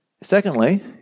Secondly